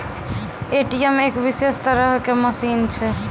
ATM एक विशेष तरहो के मशीन छै